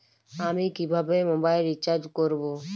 আমি কিভাবে mobile recharge করব?